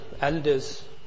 elders